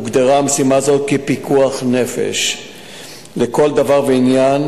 הוגדרה המשימה הזאת כפיקוח נפש לכל דבר ועניין,